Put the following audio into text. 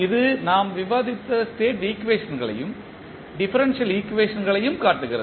இது நாம் விவாதித்த ஸ்டேட் ஈக்குவேஷன்களையும் டிஃபரன்ஷியல் ஈக்குவேஷன்யும் காட்டுகிறது